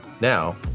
Now